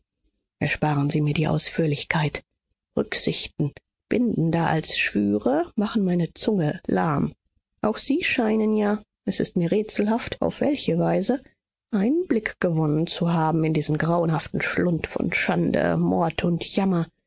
ersparen sie mir die ausführlichkeit rücksichten bindender als schwüre machen meine zunge lahm auch sie scheinen ja es ist mir rätselhaft auf welche weise einblick gewonnen zu haben in diesen grauenhaften schlund von schande mord und jammer